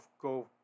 go